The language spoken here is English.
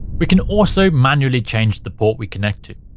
we can also manually change the port we connect to.